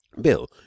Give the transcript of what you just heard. Bill